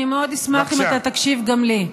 אני מאוד אשמח אם אתה תקשיב גם לי.